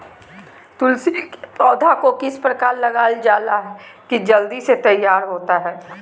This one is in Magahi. तुलसी के पौधा को किस प्रकार लगालजाला की जल्द से तैयार होता है?